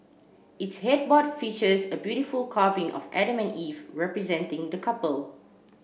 its headboard features a beautiful carving of Adam and Eve representing the couple